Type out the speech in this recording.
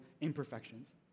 imperfections